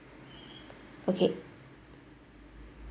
okay